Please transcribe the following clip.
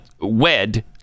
wed